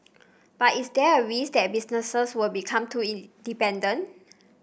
but is there a risk that businesses would become too in dependent